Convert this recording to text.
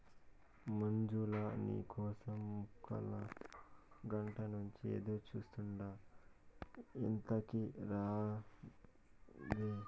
మంజులా, నీ కోసం ముక్కాలగంట నుంచి ఎదురుచూస్తాండా ఎంతకీ రావాయే